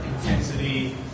intensity